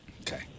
Okay